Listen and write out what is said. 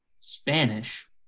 Spanish